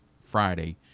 Friday